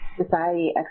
society